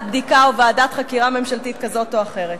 בדיקה או ועדת חקירה ממשלתית כזאת או אחרת.